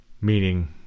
Meaning